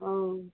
ও